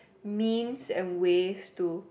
means and ways to